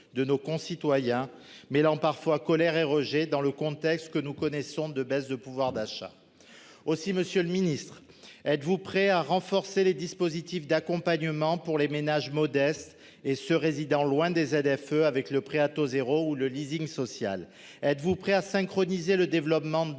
de nos concitoyens mais an parfois colère et Roger dans le contexte que nous connaissons de baisse de pouvoir d'achat. Aussi, Monsieur le Ministre, êtes-vous prêt à renforcer les dispositifs d'accompagnement pour les ménages modestes et ce résident loin des ZFE avec le prêt à taux zéro ou le leasing social,